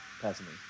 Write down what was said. personally